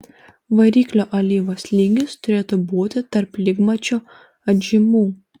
variklio alyvos lygis turėtų būti tarp lygmačio atžymų